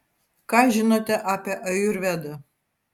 ką žinote apie ajurvedą